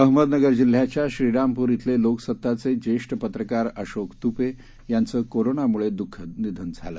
अहमदनगर जिल्ह्याच्या श्रीरामपूर इथले लोकसत्ताचे जेष्ठ पत्रकार अशोक तुपे यांचं कोरोनामुळे दःखद निधन झालं